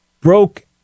broke